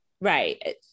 Right